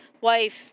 wife